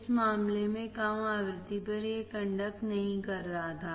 इस मामले में कम आवृत्ति पर यह कंडक्ट नहीं कर रहा था